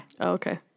okay